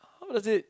how does it